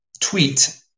tweet